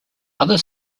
other